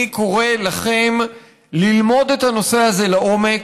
אני קורא לכם ללמוד את הנושא הזה לעומק.